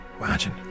imagine